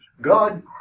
God